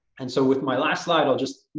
and so with my last slide, i'll just,